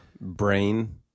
brain